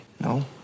No